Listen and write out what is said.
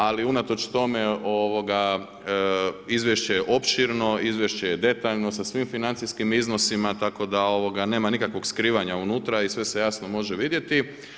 Ali unatoč tome izvješće je opširno, izvješće je detaljno sa svim financijskim iznosima tako da nema nikakvog skrivanja unutra i sve se jasno može vidjeti.